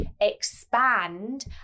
expand